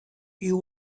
you